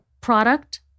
product